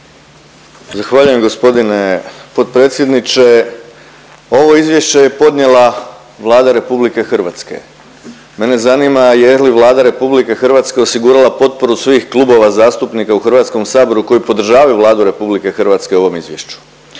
Zahvaljujem gospodine potpredsjedniče. Ovo izvješće je podnijela Vlada RH, mene zanima je li Vlada RH osigurala potporu svojih klubova zastupnika u Hrvatskom saboru koji podržavaju Vladu RH u ovom izvješću.